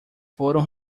foram